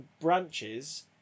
branches